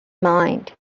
mind